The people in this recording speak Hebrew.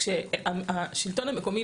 איכותי.